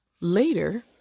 Later